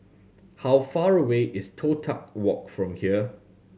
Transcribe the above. how far away is Toh Tuck Walk from here